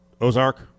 Ozark